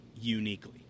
uniquely